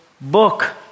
book